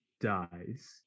dies